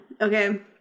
okay